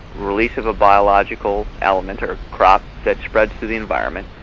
release of a biological element or crop that spreads through the environment,